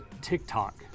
TikTok